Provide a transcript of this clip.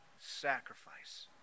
sacrifice